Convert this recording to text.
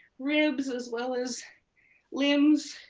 ribs, as well as limbs.